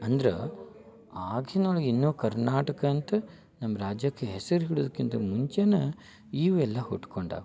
ಅಂದ್ರೆ ಆಗಿನ ಒಳಗೆ ಇನ್ನೂ ಕರ್ನಾಟಕ ಅಂತ ನಮ್ಮ ರಾಜ್ಯಕ್ಕೆ ಹೆಸ್ರು ಇಡೋದಕ್ಕಿಂತ ಮುಂಚೆನೆ ಇವೆಲ್ಲ ಹುಟ್ಕೊಂಡಾವ